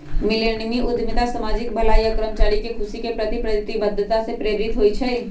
millennium उद्यमिता सामाजिक भलाई आऽ कर्मचारी के खुशी के प्रति प्रतिबद्धता से प्रेरित होइ छइ